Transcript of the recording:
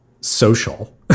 social